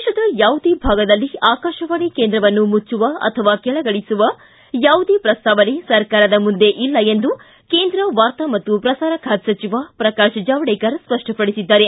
ದೇಶದ ಯಾವುದೇ ಭಾಗದಲ್ಲಿ ಆಕಾಶವಾಣಿ ಕೇಂದ್ರವನ್ನು ಮುಚ್ಚುವ ಅಥವಾ ಕೆಳಗಿಳಿಸುವ ಯಾವುದೇ ಪ್ರಸ್ತಾವನೆ ಸರ್ಕಾರದ ಮುಂದೆ ಇಲ್ಲ ಎಂದು ಕೇಂದ್ರ ವಾರ್ತಾ ಮತ್ತು ಪ್ರಸಾರ ಖಾತೆ ಸಚಿವ ಪ್ರಕಾಶ್ ಜಾವಡೇಕರ್ ಸ್ಪಷ್ಟಪಡಿಸಿದ್ದಾರೆ